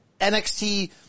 NXT